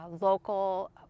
local